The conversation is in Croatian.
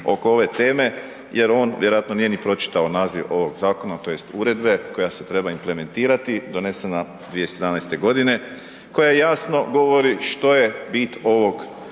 oko ove teme jer on vjerojatno nije ni pročitao naziv ovog zakona tj. uredbe koja se treba implementirati, donesena 2017.g. koja jasno govori što je bit ove